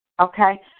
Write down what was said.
okay